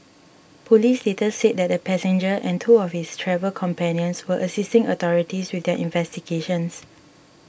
police later said that the passenger and two of his travel companions were assisting authorities with their investigations